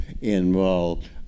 involved